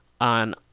on